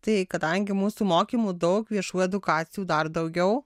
tai kadangi mūsų mokymų daug viešų edukacijų dar daugiau